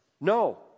No